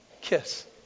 kiss